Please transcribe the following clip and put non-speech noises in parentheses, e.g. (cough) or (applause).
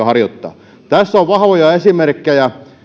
(unintelligible) harjoittaa tässä on vahvoja esimerkkejä